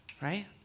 right